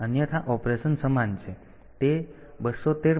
તેથી અન્યથા ઓપરેશન સમાન છે